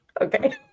Okay